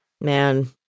Man